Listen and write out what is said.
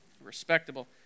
Respectable